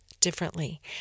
differently